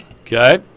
Okay